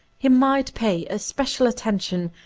he might pay especial attention,